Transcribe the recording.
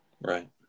Right